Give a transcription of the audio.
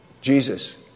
Jesus